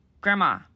Grandma